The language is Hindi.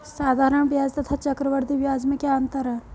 साधारण ब्याज तथा चक्रवर्धी ब्याज में क्या अंतर है?